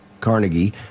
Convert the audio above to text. carnegie